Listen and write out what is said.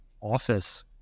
office